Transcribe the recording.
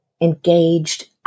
engaged